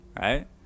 Right